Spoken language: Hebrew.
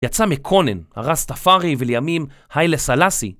יצא מקונן, הרס תפארי ולימים, הילה סלסי.